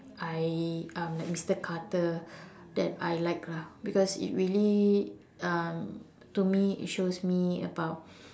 I um like Mister Carter that I like lah because it really um to me it shows me about